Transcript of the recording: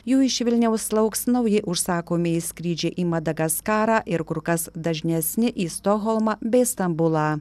jų iš vilniaus lauks nauji užsakomieji skrydžiai į madagaskarą ir kur kas dažnesni į stokholmą bei stambulą